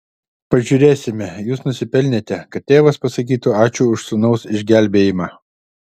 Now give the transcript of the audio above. pažiūrėsime jūs nusipelnėte kad tėvas pasakytų ačiū už sūnaus išgelbėjimą